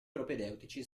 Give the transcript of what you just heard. propedeutici